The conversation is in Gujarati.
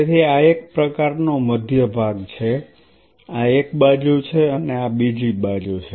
તેથી આ એક પ્રકારનો મધ્ય ભાગ છે આ એક બાજુ છે અને આ બીજી બાજુ છે